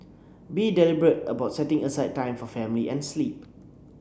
be deliberate about setting aside time for family and sleep